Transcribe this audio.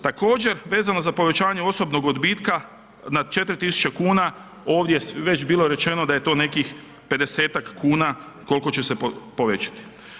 Također vezano za povećanje osobnog odbitka na 4.000 kuna ovdje je već bilo rečeno da je to nekih 50-tak kuna koliko će se povećati.